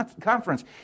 conference